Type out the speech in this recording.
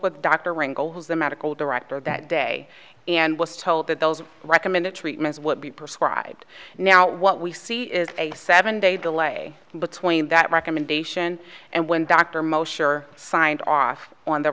with dr ringle who's the medical director that day and was told that those recommended treatments would be prescribe now what we see is a seven day delay between that recommendation and when dr most sure signed off on the